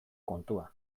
kontua